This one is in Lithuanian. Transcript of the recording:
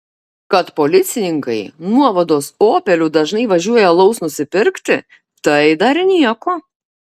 kad policininkai nuovados opeliu dažnai važiuoja alaus nusipirkti tai dar nieko